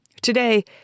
Today